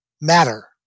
matter